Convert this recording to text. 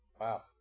Wow